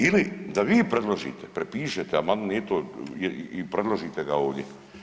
Ili da vi predložite, prepišete amandman i predložite ga ovdje.